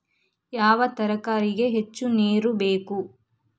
ಯಾವ ತರಕಾರಿಗೆ ಹೆಚ್ಚು ನೇರು ಬೇಕು?